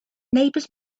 neighbors